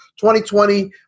2020